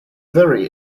very